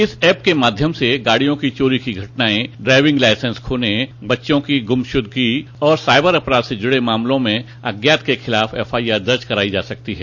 इस एप के माध्यम से गाड़ियों की चोरी की घटनाएं ड्राइविंग लाइसेंस खोने बच्चों की गुमशुदगी और साइबर अपराध से जुड़े मामलों में अज्ञात के खिलाफ एफआईआर दर्ज कराई जा सकती है